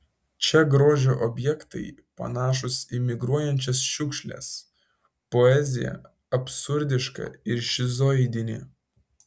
čia grožio objektai panašūs į migruojančias šiukšles poezija absurdiška ir šizoidinė